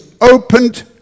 opened